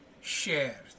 share